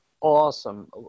awesome